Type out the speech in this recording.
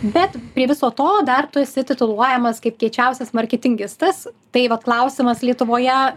bet prie viso to dar tu esi tituluojamas kaip kiečiausias marketingistas tai vat klausimas lietuvoje